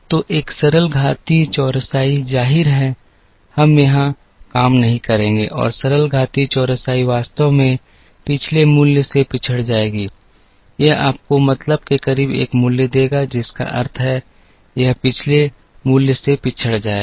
तो एक सरल घातीय चौरसाई जाहिर है हम यहां काम नहीं करेंगे और सरल घातीय चौरसाई वास्तव में पिछले मूल्य से पिछड़ जाएगी यह आपको मतलब के करीब एक मूल्य देगा जिसका अर्थ है यह पिछले मूल्य से पिछड़ जाएगा